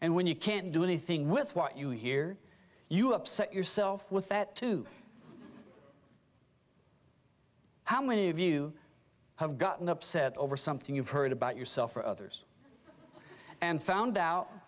and when you can't do anything with what you hear you upset yourself with that too how many of you have gotten upset over something you've heard about yourself or others and found out